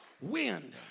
wind